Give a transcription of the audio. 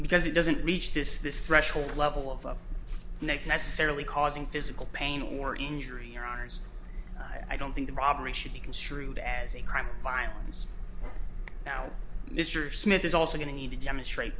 because it doesn't reach this this threshold level of neck necessarily causing physical pain or injury or ours i don't think the robbery should be construed as a crime of violence now mr smith is also going to need to demonstrate